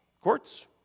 courts